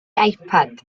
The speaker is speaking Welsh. ipad